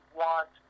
want